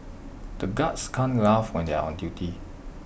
the guards can't laugh when they are on duty